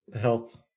health